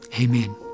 Amen